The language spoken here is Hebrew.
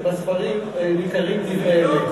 בספרים: ניכרים דברי אמת.